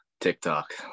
TikTok